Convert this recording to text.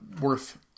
worth